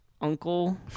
uncle